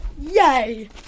Yay